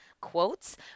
quotes